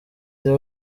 theo